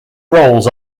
roles